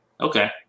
Okay